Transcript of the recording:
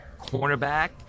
cornerback